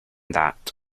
that